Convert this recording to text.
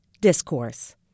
discourse